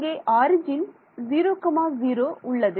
இங்கே ஆரிஜின் 00 உள்ளது